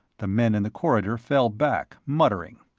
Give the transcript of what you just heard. the men in the corridor fell back, muttering.